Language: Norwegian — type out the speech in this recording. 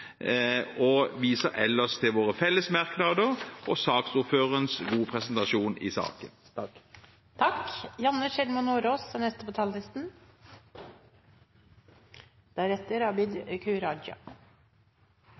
og viser ellers til våre felles merknader og saksordførerens gode presentasjon i saken.